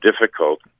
difficult